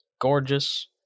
Gorgeous